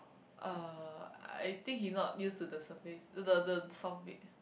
uh I think he not used to the surface the the soft bed